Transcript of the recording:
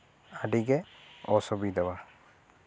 ᱟᱹᱰᱤ ᱜᱮ ᱚᱥᱩᱵᱤᱫᱟᱣᱟ